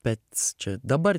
bet čia dabar